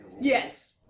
Yes